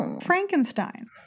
Frankenstein